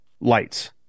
lights